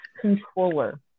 controller